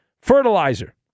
fertilizer